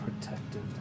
protected